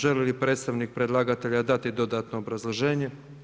Želi li predstavnik predlagatelja dati dodatno obrazloženje?